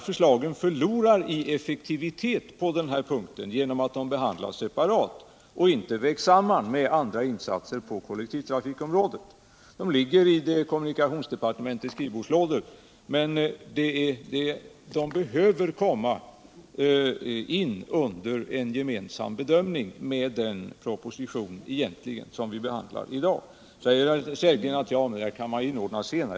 Förslagen förlorar på den här punkten i effektivitet genom att de behandlas separat och inte tillsammans med andra insatser på kollektivtrafikområdet. De ligger i kommunikationsdepartementets skrivbordslådor, men de behöver komma in under en gemensam bedömning tillsammans med förbättra kollektiv den proposition som vi behandlar i dag. Nu säger herr Sellgren att man kan ordna detta senare.